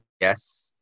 yes